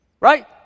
right